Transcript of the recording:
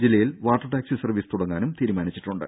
ജില്ലയിൽ water taxi service തുടങ്ങാനും തീരുമാനിച്ചിട്ടുണ്ട്